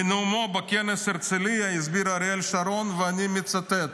בנאומו בכנס הרצליה הסביר אריאל שרון, ואני מצטט: